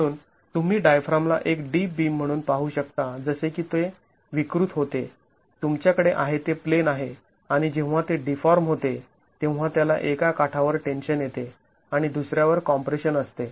म्हणून तुम्ही डायफ्रामला एक डीप बीम म्हणून पाहू शकता जसे की ते विकृत होते तुमच्याकडे आहे ते प्लेन आहे आणि जेव्हा ते डीफॉर्म होते तेव्हा त्याला एका काठावर टेन्शन येते आणि दुसऱ्यावर कॉम्प्रेशन असते